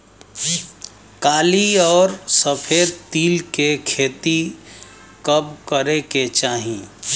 काली अउर सफेद तिल के खेती कब करे के चाही?